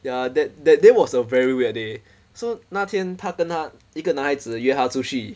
ya that that day was a very weird they so 那天她跟她一个男孩子约她出去